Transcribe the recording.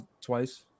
Twice